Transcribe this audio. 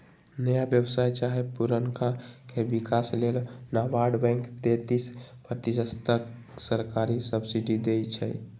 नया व्यवसाय चाहे पुरनका के विकास लेल नाबार्ड बैंक तेतिस प्रतिशत तक सरकारी सब्सिडी देइ छइ